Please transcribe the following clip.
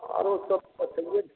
आरो सब बतैयै